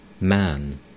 man